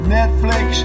Netflix